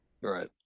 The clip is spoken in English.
Right